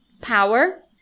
power